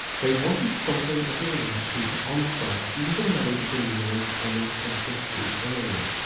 they wanted something as a reaction to onstar even though it had been launched almost a decade earlier,